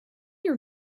your